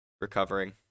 recovering